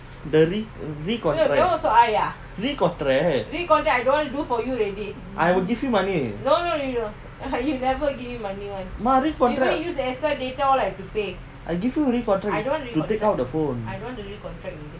the re~ re-contract re-contract I will give you money mah re-contract I give you re-contract to take out the phone